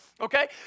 Okay